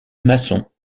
maçon